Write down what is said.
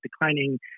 declining